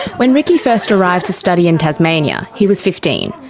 when ricky first arrived to study in tasmania, he was fifteen.